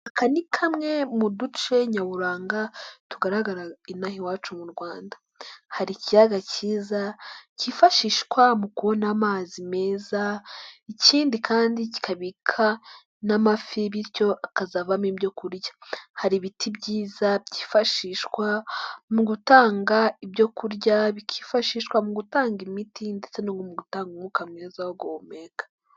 Aka ni kamwe mu duce nyaburanga tugaragara ino aha iwacu mu Rwanda. Hari ikiyaga kiza kifashishwa mu kubona amazi meza. Ikindi kandi kikabika n'amafi bityo akazavamo ibyo kurya. Hari ibiti byiza byifashishwa mu gutanga ibyo kurya, bikifashishwa mu gutanga imiti ndetse no mu gutanga umwuka mwiza wo guhumeka.